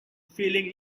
feeling